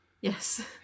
Yes